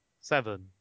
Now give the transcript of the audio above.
seven